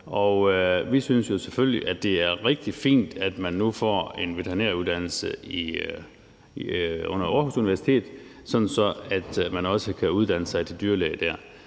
Vi synes selvfølgelig, at det er rigtig fint, at man nu får en veterinæruddannelse under Aarhus Universitet, sådan at man også kan uddanne sig til dyrlæge dér.